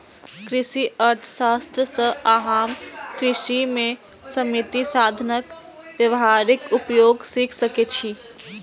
कृषि अर्थशास्त्र सं अहां कृषि मे सीमित साधनक व्यावहारिक उपयोग सीख सकै छी